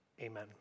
Amen